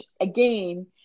again